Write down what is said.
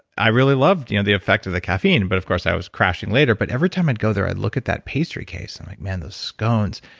i really loved you know the effect of the caffeine but of course i was crashing later. but every time i'd go there i'd look at that pastry case i'm like, man, those scones.